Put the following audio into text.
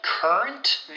Current